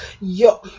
Yo